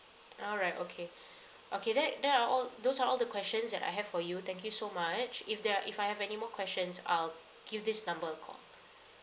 all right okay okay that that are all those are all the questions that I have for you thank you so much if there are if I have any more questions I'll give this number a call